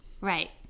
Right